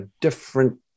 different